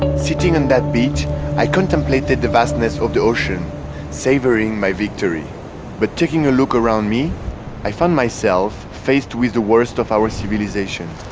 sitting on and that beach i contemplated the vastness of the ocean savoring my victory but taking a look around me i found myself faced with the worst of our civilization